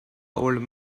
old